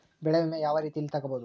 ಬೆಳೆ ವಿಮೆ ಯಾವ ರೇತಿಯಲ್ಲಿ ತಗಬಹುದು?